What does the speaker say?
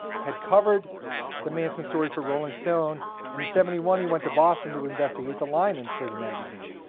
had covered the manson story for rolling stone, and in seventy one, he went to boston to investigate the lymans for the magazine.